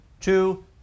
two